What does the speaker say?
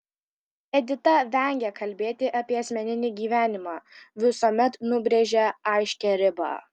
edita vengia kalbėti apie asmeninį gyvenimą visuomet nubrėžia aiškią ribą